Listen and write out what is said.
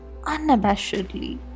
unabashedly